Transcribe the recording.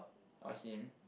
or him